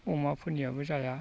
अमाफोरनियाबो जाया